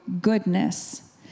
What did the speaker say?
goodness